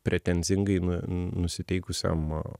pretenzingai nusiteikusiam